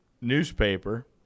newspaper